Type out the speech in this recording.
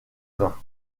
vin